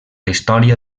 història